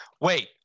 Wait